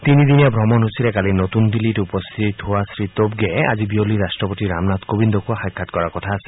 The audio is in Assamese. তিনিদিনীয়া ভ্ৰমণসূচীৰে কালি নতুন দিল্লীত উপস্থিত হোৱা শ্ৰীটবগে আজি বিয়লি ৰাট্টপতি ৰামনাথ কোবিন্দকো সাক্ষাৎ কৰাৰ কথা আছে